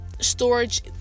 storage